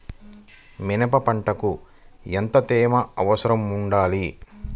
మిరప పంటకు ఎంత తేమ శాతం వుండాలి?